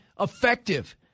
effective